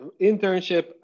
internship